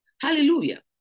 Hallelujah